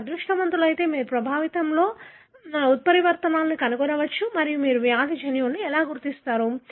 మీరు అదృష్టవంతులైతే మీరు ప్రభావితంలో ఉత్పరివర్తనాలను కనుగొనవచ్చు మరియు మీరు వ్యాధి జన్యువును ఎలా గుర్తిస్తారు